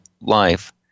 life